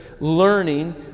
Learning